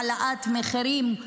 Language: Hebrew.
העלאת מחירים.